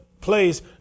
place